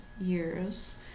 years